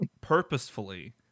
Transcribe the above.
purposefully